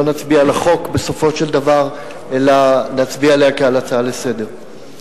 נצביע על החוק בסופו של דבר אלא נצביע עליה כהצעה לסדר-היום.